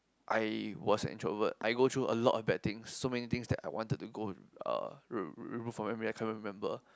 I was an introvert I go through a lot of bad things so many things that I wanted to go uh re~ remove from memory I can't remember